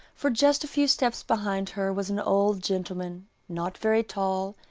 for just a few steps behind her was an old gentleman, not very tall,